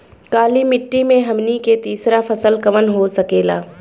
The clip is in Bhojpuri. काली मिट्टी में हमनी के तीसरा फसल कवन हो सकेला?